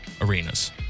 arenas